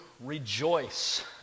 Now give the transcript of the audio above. rejoice